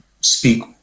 speak